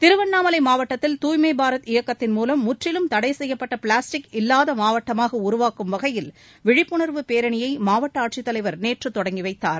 திருவண்ணாமலை மாவட்டத்தில் தூய்மை பாரத் இயக்கத்தின் மூலம் முற்றிலும் தடை செய்யப்பட்ட பிளாஸ்டிக் இல்லாத மாவட்டமாக உருவாக்கும் வகையில் விழிப்புணர்வு பேரணியை மாவட்ட ஆட்சித்தலைவர் நேற்று தொடங்கி வைத்தார்